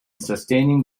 sustaining